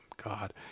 God